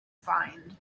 find